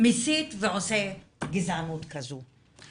מסית ועושה גזענות כזו.